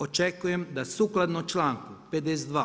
Očekujem da sukladno članku 52.